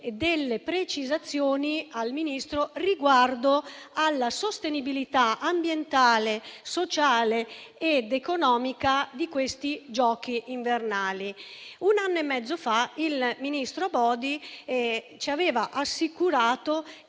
precisazioni riguardo alla sostenibilità ambientale, sociale ed economica di quei giochi invernali. Un anno e mezzo fa, il ministro Abodi ci assicurò